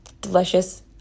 delicious